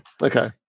Okay